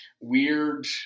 weird